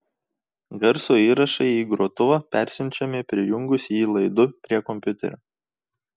garso įrašai į grotuvą persiunčiami prijungus jį laidu prie kompiuterio